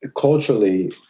culturally